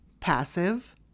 passive